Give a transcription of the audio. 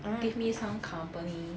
give me some company